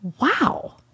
Wow